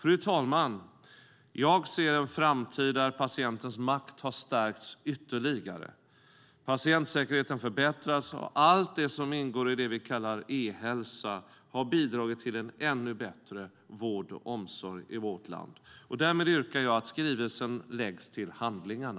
Fru talman! Jag ser en framtid där patientens makt har stärkts ytterligare. Patientsäkerheten förbättras och allt det som ingår i det vi kallar e-hälsa har bidragit till en ännu bättre vård och omsorg i vårt land. Därmed yrkar jag att skrivelsen läggs till handlingarna.